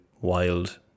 wild